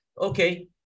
Okay